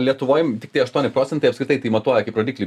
lietuvoj tiktai aštuoni procentai apskritai tai matuoja kaip rodiklį